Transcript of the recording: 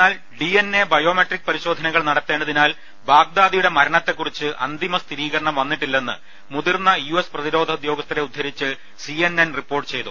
എന്നാൽ D N A biometric പരിശോധനകൾ നടത്തേണ്ടതിനാൽ ബാഗ്ദാദിയുടെ മരണത്തെക്കുറിച്ച് അന്തിമസ്ഥിരീകരണം വന്നിട്ടില്ലെന്ന് മുതിർന്ന യു എസ് പ്രതിരോധ ഉദ്യോഗസ്ഥരെ ഉദ്ധരിച്ച് സി എൻ എൻ റിപ്പോർട്ട് ചെയ്തു